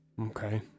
Okay